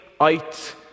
out